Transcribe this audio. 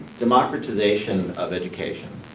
democratization of education